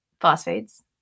phosphates